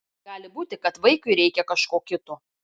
gali būti kad vaikui reikia kažko kito